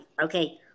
okay